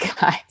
guys